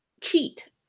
cheat